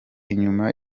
inyuma